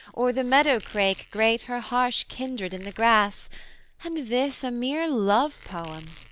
or the meadow-crake grate her harsh kindred in the grass and this a mere love-poem!